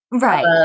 Right